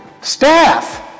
staff